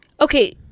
Okay